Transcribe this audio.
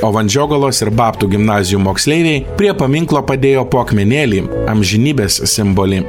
o vandžiogalos ir babtų gimnazijų moksleiviai prie paminklo padėjo po akmenėlį amžinybės simbolį